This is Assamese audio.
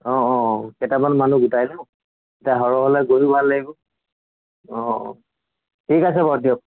অঁ অঁ অঁ কেইটামান মানুহ গোটাই লওঁ তেতিয়া সৰহ হ'লে গৈও ভাল লাগিব অঁ ঠিক আছে বাৰু দিয়ক